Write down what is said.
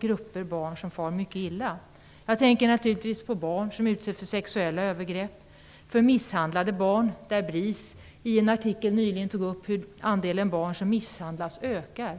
grupper av barn som far mycket illa. Jag tänker naturligtvis på barn som utsätts för sexuella övergrepp och på misshandlade barn. BRIS tog i en artikel nyligen upp hur andelen barn som misshandlas ökar.